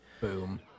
Boom